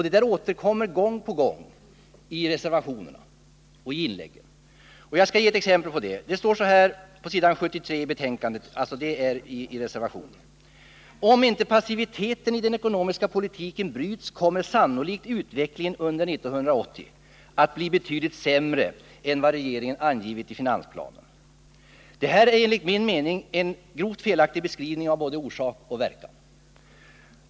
Det återkommer gång på gång i reservationerna och i inläggen. Jag skall ge ett exempel. I reservationen står det, på s. 73 i betänkandet: ”Om inte passiviteten i den ekonomiska politiken bryts kommer sannolikt den ekonomiska utvecklingen under 1980 att bli betydligt sämre än vad regeringen angivit i finansplanen.” Detta är enligt min mening en grovt felaktig beskrivning av både orsak och verkan.